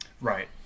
Right